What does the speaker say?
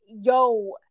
yo